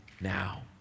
now